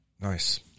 Nice